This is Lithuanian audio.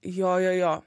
jo jo jo